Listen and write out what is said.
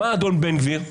מה אדון בן גביר,